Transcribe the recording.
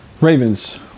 Ravens